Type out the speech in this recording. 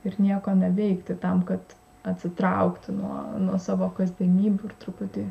ir nieko neveikti tam kad atsitraukti nuo nuo savo kasdienybių ir truputį